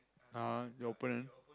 ah your opponent